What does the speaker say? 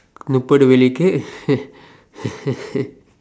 முப்பது வெள்ளிக்கு:muppathu vellikku